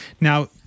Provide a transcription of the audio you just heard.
Now